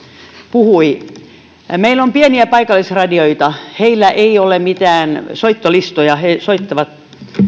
puhui meillä on pieniä paikallisradioita heillä ei ole mitään soittolistoja he soittavat